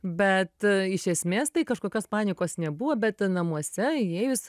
bet iš esmės tai kažkokios panikos nebuvo bet namuose įėjus